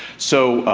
so,